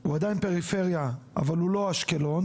הוא עדיין פריפריה אבל הוא לא אשקלון,